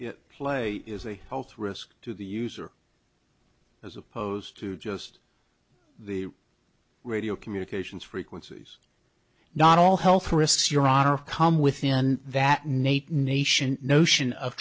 play is a health risk to the user as opposed to just the radio communications frequencies not all health risks your honor come within that nate nation notion of